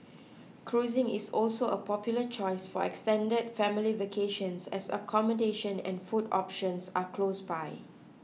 cruising is also a popular choice for extended family vacations as accommodation and food options are close by